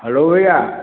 hello भैया